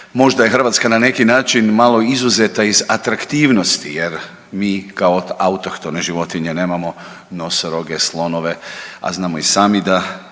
Možda je Hrvatska na neki način malo izuzeta iz atraktivnosti jer mi kao autohtone životinje nemamo nosoroge, slonove, a znamo i sami da